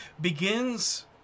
Begins